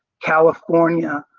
california,